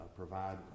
provide